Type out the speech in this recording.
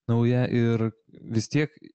nauja ir vis tiek